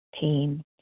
team